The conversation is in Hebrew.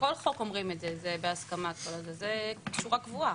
בכל חוק אומרים את זה, זו שורה קבועה.